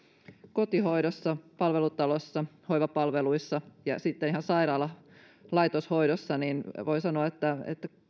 kotihoidossa palvelutalossa hoivapalveluissa ja sitten ihan sairaala laitoshoidossa voin sanoa että